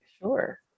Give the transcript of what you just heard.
Sure